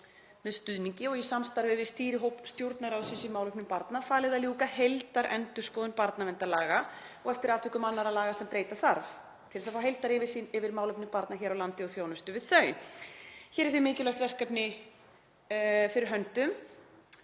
með stuðningi og í samstarfi við stýrihóp Stjórnarráðsins í málefnum barna, falið að ljúka heildarendurskoðun barnaverndarlaga og eftir atvikum annarra laga sem breyta þarf til þess að fá heildaryfirsýn yfir málefni barna hér á landi og þjónustu við þau. Hér er því mikilvægt verkefni fyrir höndum